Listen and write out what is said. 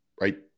right